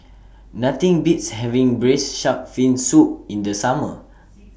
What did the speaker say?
Nothing Beats having Braised Shark Fin Soup in The Summer